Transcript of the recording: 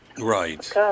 Right